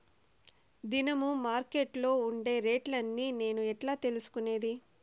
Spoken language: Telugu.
దినము మార్కెట్లో ఉండే రేట్లని నేను ఎట్లా తెలుసుకునేది?